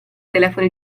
telefoni